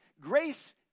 Grace